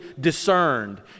discerned